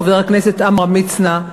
חבר הכנסת עמרם מצנע,